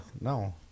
no